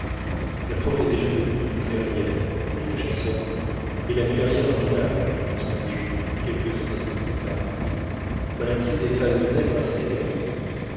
la forêt est déjà devenue une clairière répondit le chasseur et la clairière un village riposta joe quelques instants plus tard voilà-t-il des faces de nègres assez